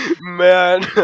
Man